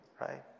Right